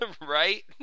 right